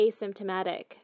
asymptomatic